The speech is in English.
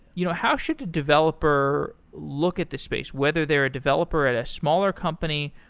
you know how should a developer look at this space? whether they're a developer at a smaller company,